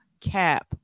cap